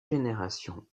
générations